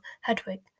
Hedwig